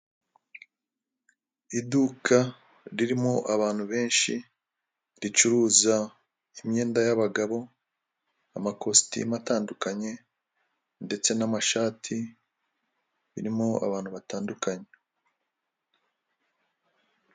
Iduka ririmo abantu benshi, ricuruza imyenda y'abagabo, amakositimu atandukanye ndetse n'amashati, birimo abantu batandukanye.